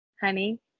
honey